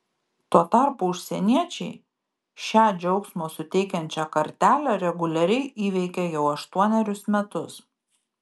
tuo tarpu užsieniečiai šią džiaugsmo suteikiančią kartelę reguliariai įveikia jau aštuonerius metus